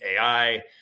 AI